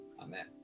Amen